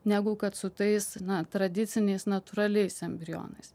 negu kad su tais na tradiciniais natūraliais embrionais